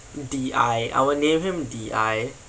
D_I I will name him D_I